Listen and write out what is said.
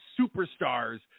superstars